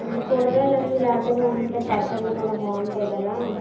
అంటే కూరగాయలన్ని లేతగా ఉంటే పచ్చళ్ళు కూడా బాగుంటాయి కదా